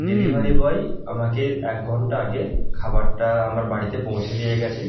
delivery boy আমাকে এক ঘণ্টা আগে খাবারটা আমার বাড়িতে পৌঁছে দিয়ে গিয়েছে